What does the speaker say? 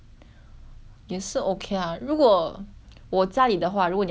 我家里的话如果你要煮的话 orh 我家只有 Maggi